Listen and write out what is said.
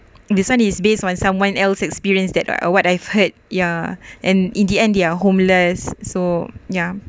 this one is based on someone else experienced that uh what I've heard yeah and in the end they are homeless so ya